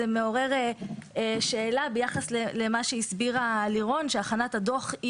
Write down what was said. זה מעורר שאלה ביחס למה שהסבירה לירון שהכנת הדוח היא